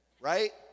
Right